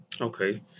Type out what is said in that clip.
Okay